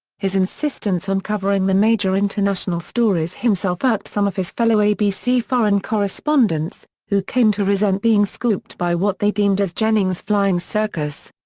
his insistence on covering the major international stories himself irked some of his fellow abc foreign correspondents, who came to resent being scooped by what they deemed as jennings' flying circus.